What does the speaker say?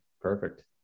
Perfect